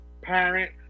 parent